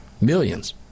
Millions